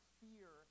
fear